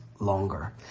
longer